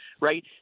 right